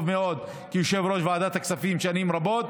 מאוד כיושב-ראש ועדת הכספים שנים רבות.